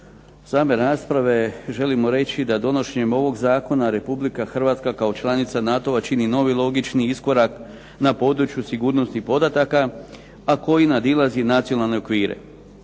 same rasprave želimo reći da donošenjem ovog zakona Republika Hrvatska kao članica NATO-a čini novi logični iskorak na području sigurnosti podataka, a koji nadilazi nacionalne okvire.